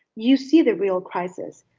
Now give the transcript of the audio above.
you see the real crisis